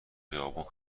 خیابون